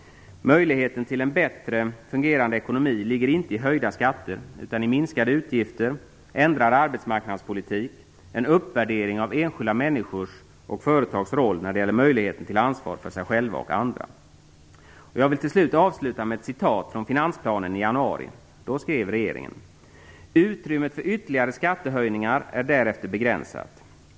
Möjligheten till en bättre fungerande ekonomi ligger inte i höjda skatter utan i minskade utgifter, ändrad arbetsmarknadspolitik, en uppvärdering av enskilda människors och företags roll när det gäller möjligheter till ansvar för sig själv och för andra. Jag vill avsluta med ett citat från finansplanen i januari. Då skrev regeringen: "Utrymmet för ytterligare skattehöjningar är därefter begränsat.